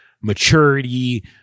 maturity